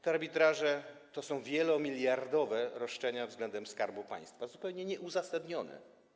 Te arbitraże to są wielomiliardowe roszczenia względem Skarbu Państwa, zupełnie nieuzasadnione.